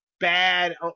Bad